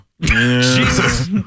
Jesus